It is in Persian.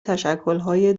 تشکلهای